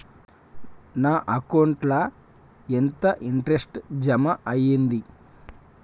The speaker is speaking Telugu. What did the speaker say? నా అకౌంట్ ల ఎంత ఇంట్రెస్ట్ జమ అయ్యింది?